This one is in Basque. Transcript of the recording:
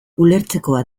ulertzekoa